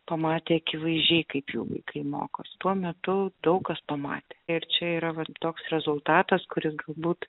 pamatė akivaizdžiai kaip jų vaikai mokosi tuo metu daug kas pamatė ir čia yra va toks rezultatas kuris galbūt